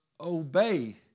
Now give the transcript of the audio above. obey